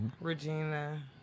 Regina